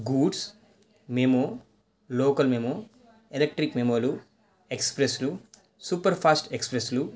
goods memo local memo electric మెమోలు ఎక్స్ప్రెస్లు super fast ఎక్స్ప్రెస్లు